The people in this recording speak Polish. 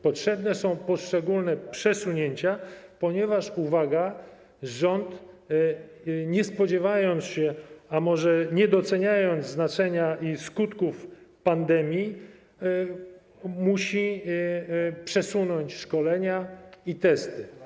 Potrzebne są poszczególne przesunięcia, ponieważ - uwaga - rząd nie spodziewając się, a może nie doceniając znaczenia i skutków pandemii, musi przesunąć szkolenia i testy.